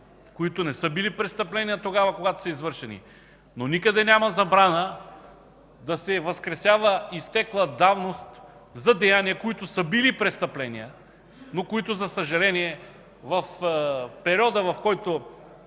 които не са били престъпления, когато са извършени. Никъде обаче няма забрана да се възкресява изтекла давност за деяния, които са били престъпления, но които, за съжаление, в периода, в който